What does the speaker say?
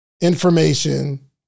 information